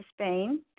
Spain